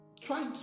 try